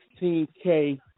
16k